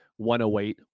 108